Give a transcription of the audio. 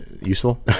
useful